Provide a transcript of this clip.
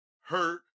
hurt